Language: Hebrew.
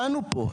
והצענו פה,